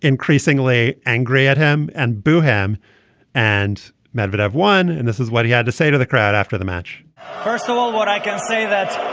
increasingly angry at him and boo him and medvedev won. and this is what he had to say to the crowd after the match first of all what i can say that.